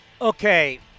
Okay